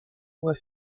moi